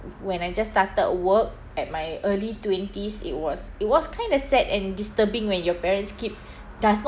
when I just started work at my early twenties it was it was kind of sad and disturbing when your parents keep does not